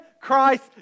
Christ